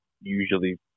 usually